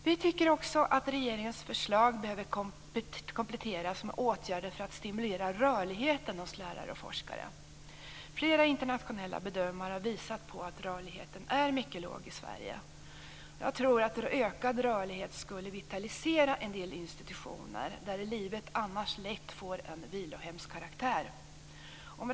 Vi tycker också att regeringens förslag behöver kompletteras med åtgärder för att stimulera rörligheten hos lärare och forskare. Flera internationella bedömare har visat på att rörligheten är mycket låg i Sverige. Jag tror att en ökad rörlighet skulle vitalisera en del institutioner där livet annars lätt får en karaktär av vilohem.